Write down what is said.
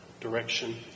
direction